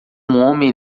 homem